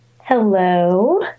Hello